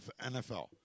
NFL